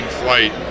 flight